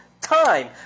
time